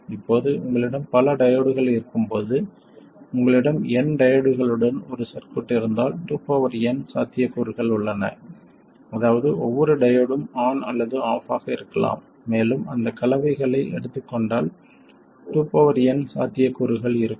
இப்போது உங்களிடம் பல டையோட்கள் இருக்கும் போது உங்களிடம் n டையோட்களுடன் ஒரு சர்க்யூட் இருந்தால் 2n சாத்தியக்கூறுகள் உள்ளன அதாவது ஒவ்வொரு டையோடும் ஆன் அல்லது ஆஃப் ஆக இருக்கலாம் மேலும் அந்த கலவைகளை எடுத்துக் கொண்டால் 2n சாத்தியக்கூறுகள் இருக்கும்